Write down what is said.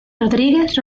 rodríguez